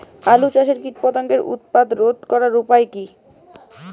আলু চাষের কীটপতঙ্গের উৎপাত রোধ করার উপায় কী?